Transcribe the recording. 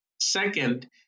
Second